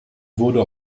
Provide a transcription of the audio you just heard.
wurde